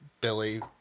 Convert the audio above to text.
Billy